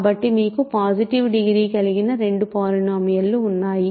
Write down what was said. కాబట్టి మీకు positive degree కలిగిన రెండు పోలినోమియల్ లు ఉన్నాయి